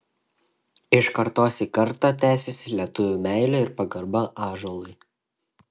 iš kartos į kartą tęsiasi lietuvių meilė ir pagarba ąžuolui